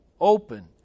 open